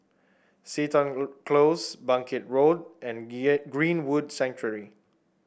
Seton Close Bangkit Road and Greenwood Sanctuary